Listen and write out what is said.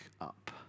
up